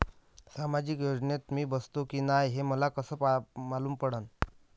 सामाजिक योजनेत मी बसतो की नाय हे मले कस मालूम पडन?